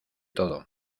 todo